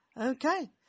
Okay